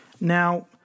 Now